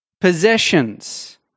possessions